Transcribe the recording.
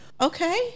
okay